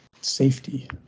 safety